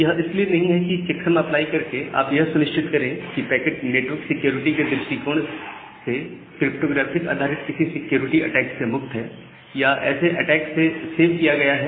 यह इसलिए नहीं है कि चेक्सम अप्लाई करके आप यह सुनिश्चित करें कि पैकेट नेटवर्क सिक्योरिटी के दृष्टिकोण से क्रिप्टोग्राफिक आधारित किसी सिक्योरिटी अटैक्स से मुक्त है या ऐसे अटैक्स से सेव किया गया है